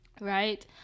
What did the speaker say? Right